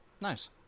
Nice